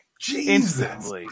Jesus